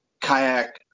kayak